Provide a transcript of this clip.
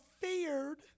feared